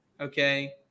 okay